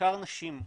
בעיקר נשים,